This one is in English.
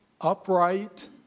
upright